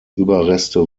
überreste